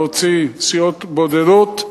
להוציא סיעות בודדות.